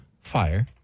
Fire